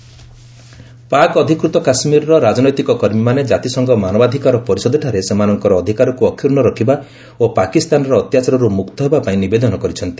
PoK human rights Pak ଅଧିକୃତ କାଶ୍ମୀରର ରାଜନୈତିକ କର୍ମୀମାନେ କାତିସଂଘ ମାନବାଧିକାର ପରିଷଦଠାରେ ସେମାନଙ୍କର ଅଧିକାରକୁ ଅକ୍ଷୁର୍ଣ୍ଣ ରଖିବା ଓ ପାକିସ୍ତାନର ଅତ୍ୟାଚାରରୁ ମୁକ୍ତ ହେବା ପାଇଁ ନିବେଦନ କରିଛନ୍ତି